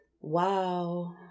Wow